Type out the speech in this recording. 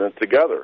together